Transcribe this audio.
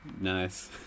Nice